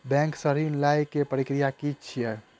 Bank सऽ ऋण लेय केँ प्रक्रिया की छीयै?